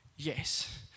Yes